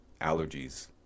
allergies